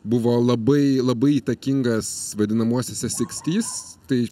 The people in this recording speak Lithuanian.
buvo labai labai įtakingas vadinamuosiuose sikstys tai